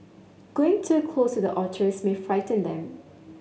going too close to the otters may frighten them